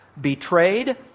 betrayed